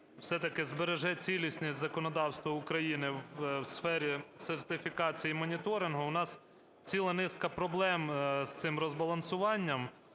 все-таки збереже цілісність законодавства України в сфері сертифікації і моніторингу. У нас ціла низка проблем з цим розбалансуванням,